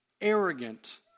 arrogant